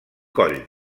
coll